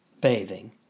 bathing